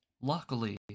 luckily